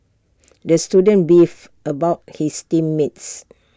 the student beefed about his team mates